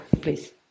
please